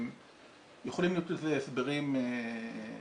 יכולים להיות לזה הסברים שונים.